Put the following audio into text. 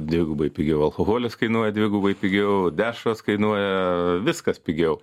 dvigubai pigiau alchoholis kainuoja dvigubai pigiau dešros kainuoja viskas pigiau